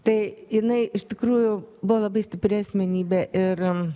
tai jinai iš tikrųjų buvo labai stipri asmenybė ir